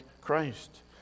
Christ